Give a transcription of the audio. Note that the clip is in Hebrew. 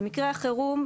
במקרה החירום,